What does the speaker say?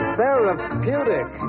therapeutic